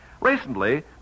Recently